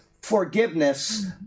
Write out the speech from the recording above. forgiveness